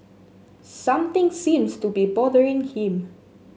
something seems to be bothering him